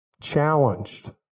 challenged